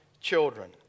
children